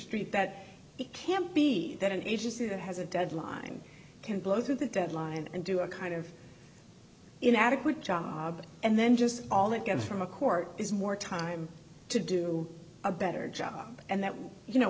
that the camp be that an agency that has a deadline can blow through the deadline and do a kind of an adequate job and then just all it gets from a court is more time to do a better job and that you know